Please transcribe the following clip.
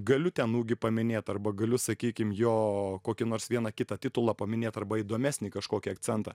galiu ten ūgį paminėt arba galiu sakykim jo kokį nors vieną kitą titulą paminėt arba įdomesnį kažkokį akcentą